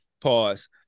Pause